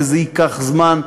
וזה ייקח זמן,